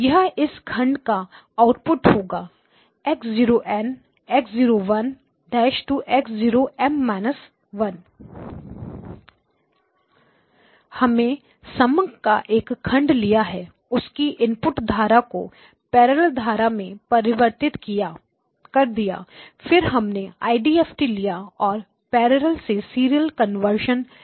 वह इस खंड का आउटपुट होगा x0 0 x01 x0 M −1 हमने समंक का एक खंड लिया और उसकी इनपुट धारा को पैरेलल धारा में परिवर्तित कर दिया फिर हमने IDFT लिया और पैरेलल से सीरियल कन्वर्शन किया